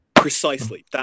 Precisely